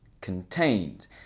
contained